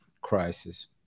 crisis